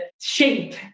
shape